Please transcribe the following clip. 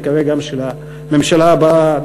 נקווה גם של הממשלה הבאה,